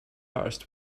artist